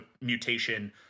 mutation